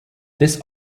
this